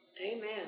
Amen